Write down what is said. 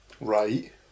right